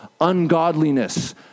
ungodliness